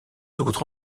autres